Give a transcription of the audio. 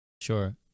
Sure